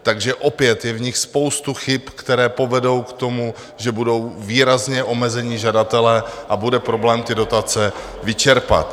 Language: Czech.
Takže opět je v nich spousta chyb, které povedou k tomu, že budou výrazně omezeni žadatelé a bude problém ty dotace vyčerpat.